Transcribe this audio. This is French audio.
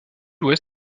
ouest